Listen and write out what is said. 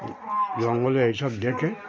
এইসব দেখে